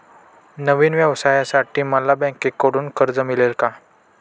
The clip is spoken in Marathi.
नवीन व्यवसायासाठी मला बँकेकडून कर्ज मिळेल का?